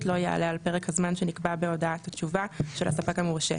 לא יעלה על פרק הזמן שנקבע בהודעת התשובה של הספק המורשה.